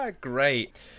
Great